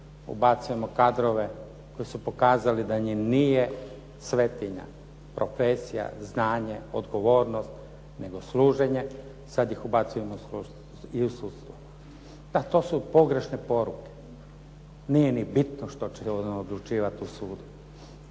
ubacujemo kadrove koji su pokazali da njima nije svetinja, profesija, znanje, odgovornost, nego služenje sada ih ubacujemo i u sudstvo. Da to su pogrešne poruke. Nije ni bitno što će odlučivati oni u sudu.